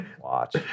Watch